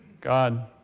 God